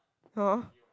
!huh!